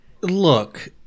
Look